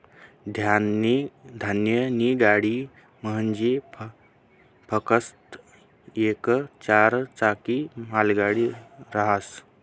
धान्यनी गाडी म्हंजी फकस्त येक चार चाकी मालगाडी रहास